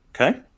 Okay